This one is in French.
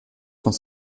cent